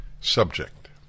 subject